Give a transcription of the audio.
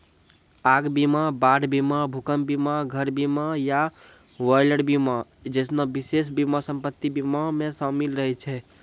आग बीमा, बाढ़ बीमा, भूकंप बीमा, घर बीमा या बॉयलर बीमा जैसनो विशेष बीमा सम्पति बीमा मे शामिल रहै छै